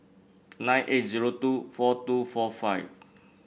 nine eight zero two four two four five